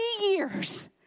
years